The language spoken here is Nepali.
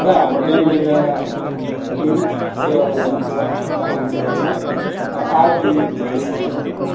र हाम्रो बिहान बेलुका निमित सेवा पूजा हुन्छ पाठ पूजा हुन्छ आरती हुन्छ त्यसमा